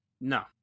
No